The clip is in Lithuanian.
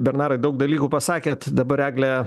bernarai daug dalykų pasakėt dabar egle